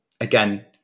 Again